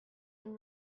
vous